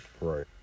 Right